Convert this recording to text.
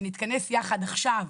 שנתכנס יחד עכשיו,